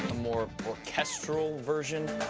more orchestral version,